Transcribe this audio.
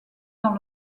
dans